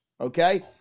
Okay